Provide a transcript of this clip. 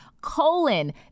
colon